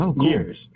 years